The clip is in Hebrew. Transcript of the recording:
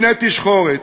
בני תשחורת,